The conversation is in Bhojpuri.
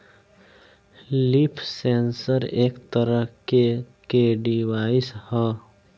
लीफ सेंसर एक तरह के के डिवाइस ह